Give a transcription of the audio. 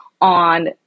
on